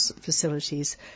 facilities